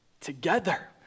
together